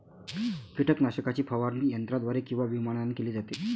कीटकनाशकाची फवारणी यंत्राद्वारे किंवा विमानाने केली जाते